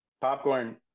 Popcorn